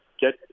get